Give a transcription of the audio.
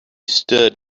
stood